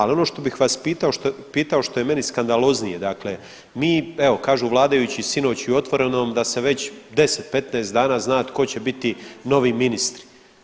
Ali ono što bih vas pitao što je meni skandaloznije, dakle mi evo kažu vladajući sinoć i u Otvorenom da se već 10-15 dana zna tko će biti novi ministri.